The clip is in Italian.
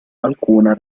alcuna